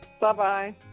Bye-bye